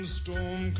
storm